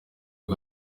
uyu